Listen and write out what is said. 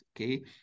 Okay